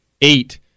eight